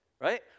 Right